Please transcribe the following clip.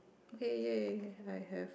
okay ya ya ya I have